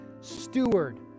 steward